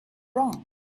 wrong